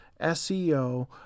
SEO